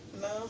No